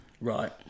right